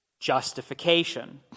justification